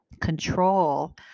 control